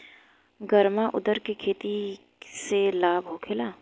गर्मा उरद के खेती से लाभ होखे ला?